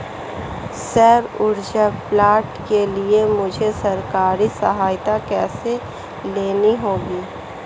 सौर ऊर्जा प्लांट के लिए मुझे सरकारी सहायता कैसे लेनी होगी?